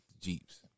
Jeeps